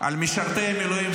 על משרתי המילואים,